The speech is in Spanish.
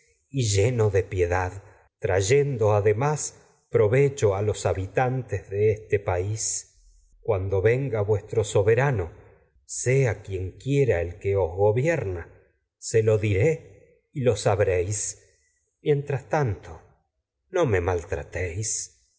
y lleno de piedad este trayendo además provecho a los habitantes de vuestro país cuando venga soberano sea quien quiera el que os gobierna se lo diré y lo sabréis mien tras tanto no me maltratéis es